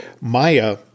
Maya